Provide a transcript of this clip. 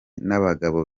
n’abagabo